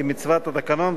כמצוות התקנון,